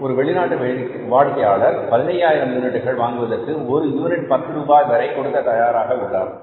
ஒரு வெளிநாட்டு வாடிக்கையாளர் 15000 யூனிட்டுகள் வாங்குவதற்கு ஒரு யூனிட் 10 ரூபாய் வரை கொடுக்கத் தயாராக உள்ளார்